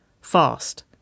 Fast